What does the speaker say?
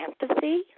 empathy